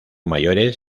mayores